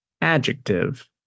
Adjective